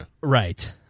right